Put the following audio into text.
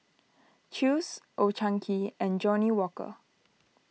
Chew's Old Chang Kee and Johnnie Walker